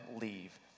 leave